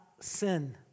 sin